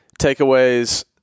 takeaways